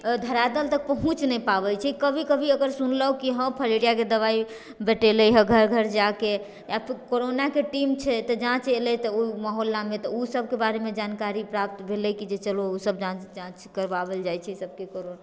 धरातल तक पहुँच नहि पाबै छै कभी कभी अगर सुनलहुँ कि हँ फलेरिआके दवाइ बँटेलैए हँ घर घर जाकऽ या फिर कोरोनाके टीम छै तऽ जाँच अएलै तऽ ओ मोहल्लामे तऽ ओसबके बारेमे जानकारी प्राप्त भेलै कि जे चलू ओसब जाँच करबाएल जाइ छै सबके